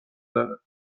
داره